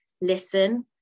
listen